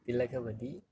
Thilagavathi